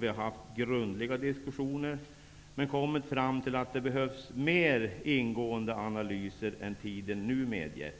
Vi har haft grundliga diskussioner men kommit fram till att det behövs mer ingående analyser än tiden nu medger.